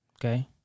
Okay